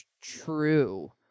true